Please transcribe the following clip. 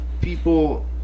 people